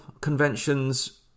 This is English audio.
conventions